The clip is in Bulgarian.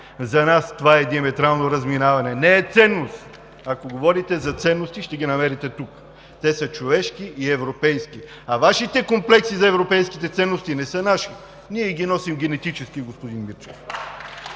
За нас това е диаметрално разминаване. Не е ценност. Ако говорите за ценности, ще ги намерите тук. Те са човешки и европейски. А Вашите комплекси за европейските ценности не са наши. Ние ги носим генетически, господин Мирчев.